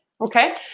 okay